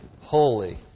holy